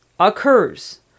Occurs